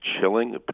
chilling